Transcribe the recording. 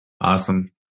Awesome